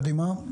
קדימה,